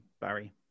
Barry